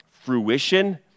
fruition